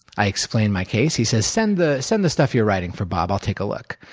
i explain my case. he says, send the send the stuff you're writing for bob. i'll take a look.